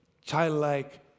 childlike